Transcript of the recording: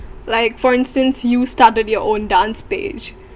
like for instance you started your own dance page